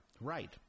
Right